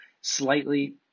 slightly